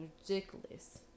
ridiculous